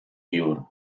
jur